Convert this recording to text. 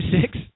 six